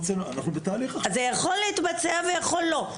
אז זה יכול להתבצע ויכול לא.